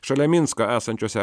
šalia minsko esančiuose